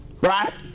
Right